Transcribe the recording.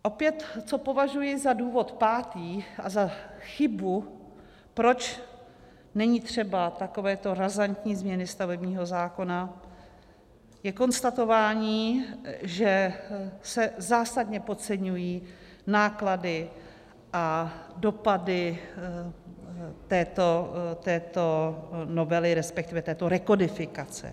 Opět co považuji za důvod pátý a za chybu, proč není třeba takovéto razantní změny stavebního zákona, je konstatování, že se zásadně podceňují náklady a dopady této novely, respektive této rekodifikace.